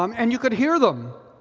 um and you could hear them